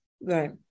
Right